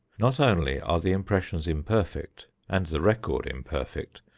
not only are the impressions imperfect and the record imperfect,